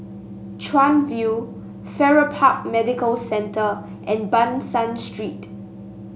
Chuan View Farrer Park Medical Centre and Ban San Street